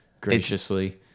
graciously